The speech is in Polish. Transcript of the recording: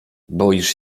boisz